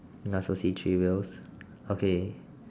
I also see three wheels okay